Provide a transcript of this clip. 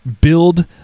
build